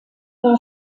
war